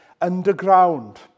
underground